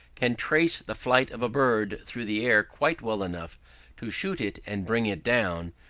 can trace the flight of a bird through the air quite well enough to shoot it and bring it down,